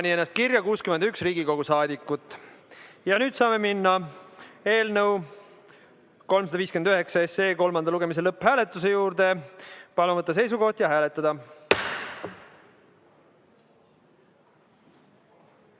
saame minna eelnõu 359 SE kolmanda lugemise lõpphääletuse juurde. Palun võtta seisukoht ja hääletada!